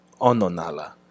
Ononala